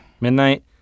Midnight